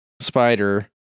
spider